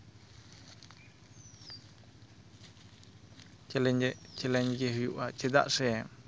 ᱪᱮᱞᱮᱧᱡᱮ challenge ᱜᱮ ᱦᱩᱭᱩᱜᱼᱟ ᱪᱮᱫᱟᱜ ᱥᱮ